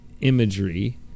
imagery